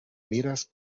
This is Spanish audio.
miras